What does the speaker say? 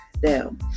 down